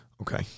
Okay